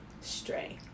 stray